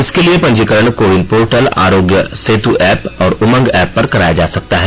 इसके लिए पंजीकरण कोविन पोर्टल आरोग्य सेतु ऐप और उमंग ऐप पर कराया जा सकता है